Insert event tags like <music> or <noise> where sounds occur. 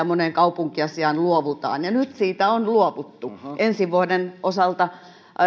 <unintelligible> moneen kaupunkiasujaan luovutaan ja nyt siitä on luovuttu ensi vuoden osalta tämä